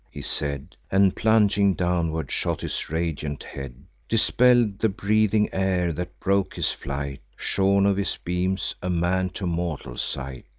he said, and plunging downward shot his radiant head dispell'd the breathing air, that broke his flight shorn of his beams, a man to mortal sight.